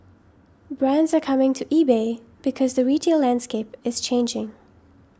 brands are coming to eBay because the retail landscape is changing